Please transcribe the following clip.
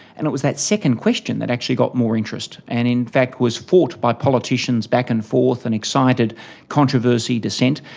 and it was that second question that actually got more interest and in fact was fought by politicians back and forth and excited controversy, dissent.